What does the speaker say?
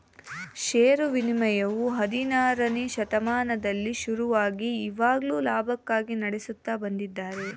ಷೇರು ವಿನಿಮಯವು ಹದಿನಾರನೆ ಶತಮಾನದಲ್ಲಿ ಶುರುವಾಗಿ ಇವಾಗ್ಲೂ ಲಾಭಕ್ಕಾಗಿ ನಡೆಸುತ್ತ ಬಂದಿದ್ದಾರೆ